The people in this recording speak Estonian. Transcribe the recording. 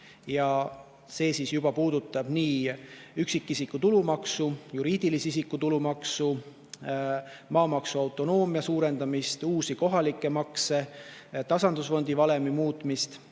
novembriks. See puudutab nii üksikisiku tulumaksu kui ka juriidilise isiku tulumaksu, maamaksu autonoomia suurendamist, uusi kohalikke makse, tasandusfondi valemi muutmist